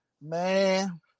man